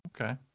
Okay